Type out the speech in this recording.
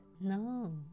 no